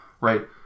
right